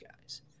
guys